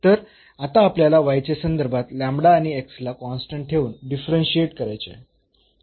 तर आता आपल्याला च्या संदर्भात आणि ला कॉन्स्टंट ठेऊन डिफरन्शियेट करायचे आहे